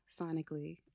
sonically